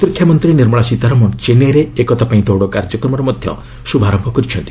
ପ୍ରତିରକ୍ଷା ମନ୍ତ୍ରୀ ନିର୍ମଳା ସୀତାରମଣ ଚେନ୍ନାଇରେ ଏକତାପାଇଁ ଦଦିଡ଼ କାର୍ଯ୍ୟକ୍ରମର ଶ୍ରଭାରମ୍ଭ କରିଛନ୍ତି